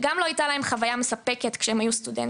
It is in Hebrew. וזה מהסיבה שגם לא הייתה להם חוויה מספקת כשהם היו סטודנטים